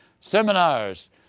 seminars